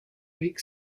week